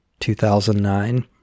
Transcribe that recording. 2009